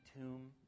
tomb